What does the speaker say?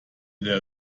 der